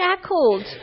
shackled